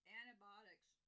antibiotics